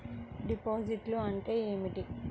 డిపాజిట్లు అంటే ఏమిటి?